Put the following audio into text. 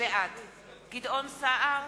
בעד גדעון סער,